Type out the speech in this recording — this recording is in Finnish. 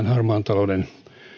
harmaan talouden